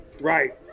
Right